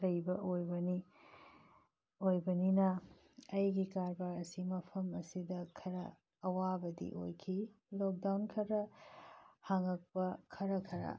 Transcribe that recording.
ꯂꯩꯕ ꯑꯣꯏꯕꯅꯤꯅ ꯑꯩꯒꯤ ꯀꯥꯔꯕꯥꯔ ꯑꯁꯤ ꯃꯐꯝ ꯑꯁꯤꯗ ꯈꯔ ꯑꯋꯥꯕꯗꯤ ꯑꯣꯏꯈꯤ ꯂꯣꯛꯗꯥꯎꯟ ꯈꯔ ꯍꯥꯡꯉꯛꯄ ꯈꯔ ꯈꯔ